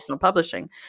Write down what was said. publishing